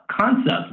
concept